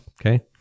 okay